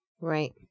Right